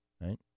right